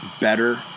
better